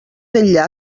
enllà